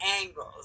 angles